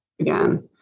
again